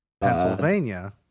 Pennsylvania